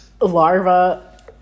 larva